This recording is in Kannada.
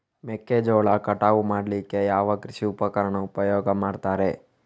ಮೆಕ್ಕೆಜೋಳ ಕಟಾವು ಮಾಡ್ಲಿಕ್ಕೆ ಯಾವ ಕೃಷಿ ಉಪಕರಣ ಉಪಯೋಗ ಮಾಡ್ತಾರೆ?